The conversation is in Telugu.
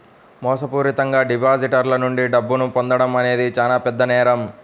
మోసపూరితంగా డిపాజిటర్ల నుండి డబ్బును పొందడం అనేది చానా పెద్ద నేరం